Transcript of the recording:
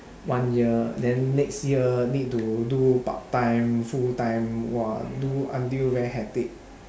one year then next year need to do part time full time !wah! do until very hectic